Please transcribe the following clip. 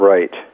Right